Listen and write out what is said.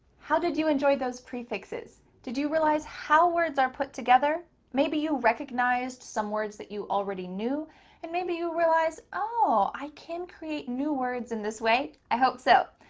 how did you enjoy those prefixes? did you realize how words are put together? maybe you recognized some words that you already knew and maybe you realize, oh, i can create new words in this way. i hope so.